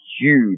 huge